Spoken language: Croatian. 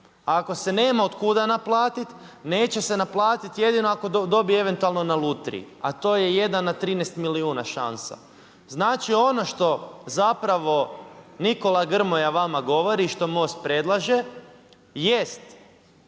ako se nema otkuda naplatiti, neće se naplatiti jedino ako dobije eventualno na lutriji a to je jedan na 13 milijuna šansa. Znači ono što zapravo Nikola Grmoja vama govori i što MOST predlaže jest